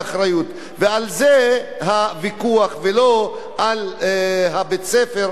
ועל זה הוויכוח ולא על בית-הספר או העמותה.